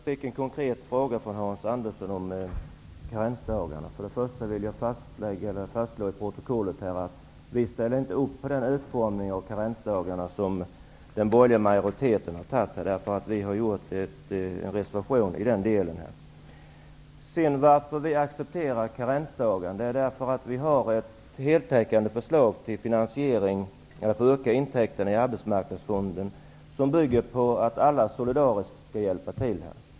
Herr talman! Jag fick en konkret fråga från Hans Först vill jag till protokollet fastslå att vi inte ställer upp på den utformning av karensdagarna som den borgerliga majoriteten har gjort, utan vi har reserverat oss i denna del. Att vi accepterar karensdagarna beror på att vi har ett heltäckande förslag till finansiering för att öka intäkterna i arbetsmarknadsfonden, som bygger på att alla solidariskt skall hjälpa till.